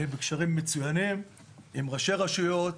אני בקשרים מצוינים עם ראשי רשויות,